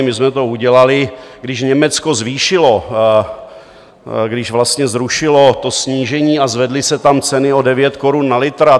My jsme to udělali, když Německo zvýšilo, když vlastně zrušilo to snížení a zvedly se tam ceny o 9 korun na litr.